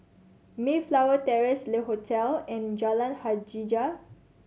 Mayflower Terrace Le Hotel and Jalan Hajijah